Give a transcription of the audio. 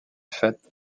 fête